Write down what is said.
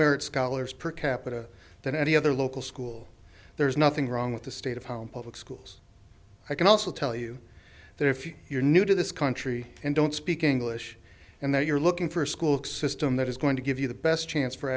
merit scholars per capita than any other local school there is nothing wrong with the state of home public schools i can also tell you that if you you're new to this country and don't speak english and that you're looking for a school system that is going to give you the best chance for